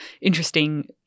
interesting